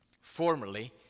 Formerly